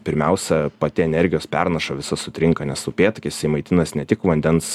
pirmiausia pati energijos pernaša visa sutrinka nes upėtakis jisai maitinasi ne tik vandens